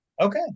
okay